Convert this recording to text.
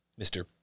Mr